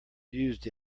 used